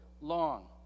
long